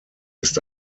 ist